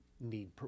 need